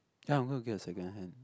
ya I'm gonna get a secondhand